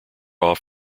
off